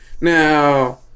Now